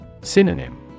Synonym